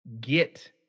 get